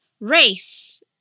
race